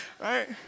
right